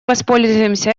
воспользуемся